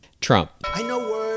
Trump